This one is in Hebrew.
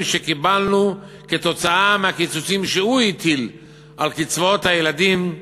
שקיבלנו כתוצאה מהקיצוצים שהוא הטיל על קצבאות הילדים,